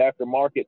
aftermarket